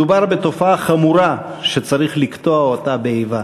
מדובר בתופעה חמורה שצריך לקטוע אותה באבה.